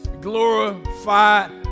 glorified